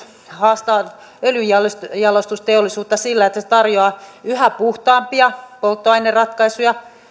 haastaa öljynjalostusteollisuutta sillä että se se tarjoaa yhä puhtaampia polttoaineratkaisuja